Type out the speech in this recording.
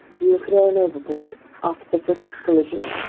you were thrown overboard after the frigate's collision?